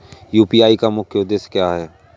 UPI का मुख्य उद्देश्य क्या है?